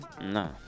No